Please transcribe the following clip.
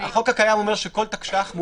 החוק הקיים אומר שכל תקש"ח,